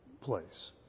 place